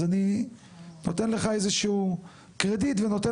אז אני נותן לך איזה שהוא קרדיט ונותן